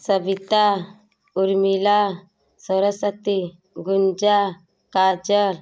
Sabita Urmila Saraswati Gunja Kajal